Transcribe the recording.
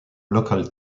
local